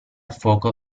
fuoco